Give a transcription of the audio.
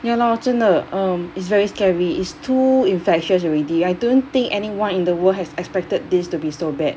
ya lor 真的 um it's very scary it's too infectious already I don't think anyone in the world has expected this to be so bad